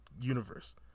Universe